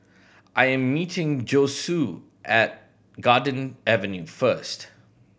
I am meeting Josue at Garden Avenue first